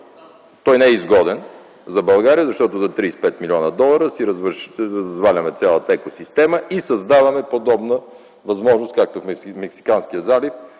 Той не е изгоден за България, защото за 35 млн. долара си разваляме цялата екосистема и създаваме подобна възможност, както в Мексиканския залив